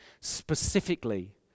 specifically